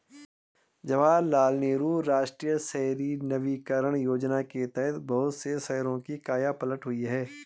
जवाहरलाल नेहरू राष्ट्रीय शहरी नवीकरण योजना के तहत बहुत से शहरों की काया पलट हुई है